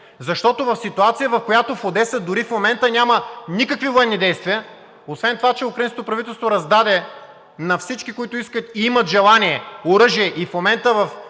защото в ситуация, в която в Одеса дори в момента няма никакви военни действия, освен това, че украинското правителство раздаде на всички, които искат, имат желание, оръжие; и в момента в